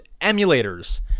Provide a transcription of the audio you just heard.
emulators